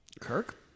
Kirk